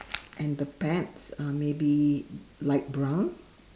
and the pants are maybe light brown